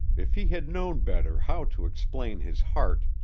if he had known better how to explain his heart,